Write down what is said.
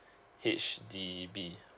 H_D_B